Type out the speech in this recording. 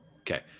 Okay